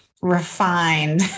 refined